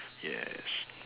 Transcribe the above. yes